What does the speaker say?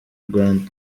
rwanda